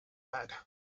bed